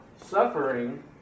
suffering